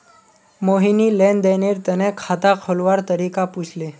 मोहिनी लेन देनेर तने खाता खोलवार तरीका पूछले